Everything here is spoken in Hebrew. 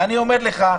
אני אומר לכם,